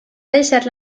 deixar